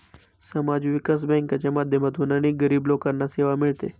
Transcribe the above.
समाज विकास बँकांच्या माध्यमातून अनेक गरीब लोकांना सेवा मिळते